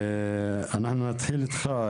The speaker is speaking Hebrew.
אנחנו נתחיל איתך,